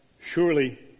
Surely